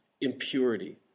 impurity